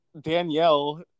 Danielle